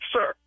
Sir